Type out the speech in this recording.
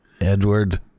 Edward